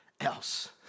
else